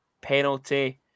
penalty